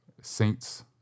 Saints